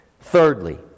Thirdly